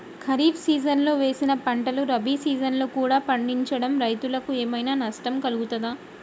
ఖరీఫ్ సీజన్లో వేసిన పంటలు రబీ సీజన్లో కూడా పండించడం రైతులకు ఏమైనా నష్టం కలుగుతదా?